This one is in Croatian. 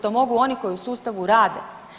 To mogu oni koji u sustavu rade.